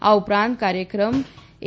આ ઉપરાંત કાર્યક્રમ એ